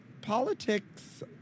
Politics